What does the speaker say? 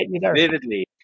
vividly